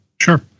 Sure